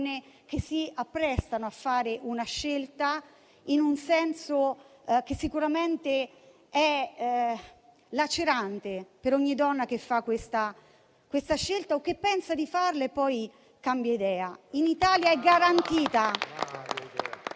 che si apprestano a fare una scelta in un senso che sicuramente è lacerante per ogni donna che la compie o che pensa di farlo e poi cambia idea. In Italia è garantita